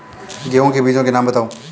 गेहूँ के बीजों के नाम बताओ?